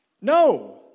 No